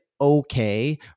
okay